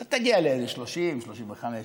אתה תגיע לאיזה 30,000, 35,000 שקל.